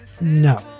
No